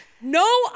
no